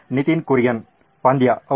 ನಿತಿನ್ ಕುರಿಯನ್ ಪಂದ್ಯ ಹೌದು